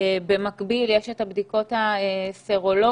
במקביל יש את הבדיקות הסרולוגיות,